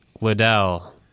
Liddell